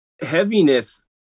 Heaviness